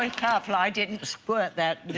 and careful i didn't split that